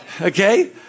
Okay